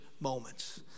moments